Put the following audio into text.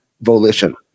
volition